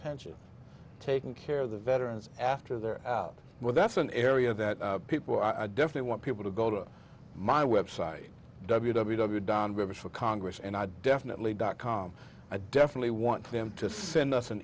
pension taking care of the veterans after they're out well that's an area that people i definitely want people to go to my website w w w donbas for congress and i definitely dot com i definitely want them to send us an